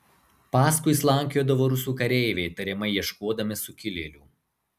paskui slankiodavo rusų kareiviai tariamai ieškodami sukilėlių